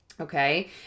Okay